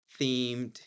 themed